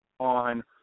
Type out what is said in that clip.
on